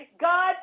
God